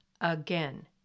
again